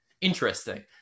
interesting